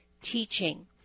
teaching